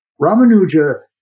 Ramanuja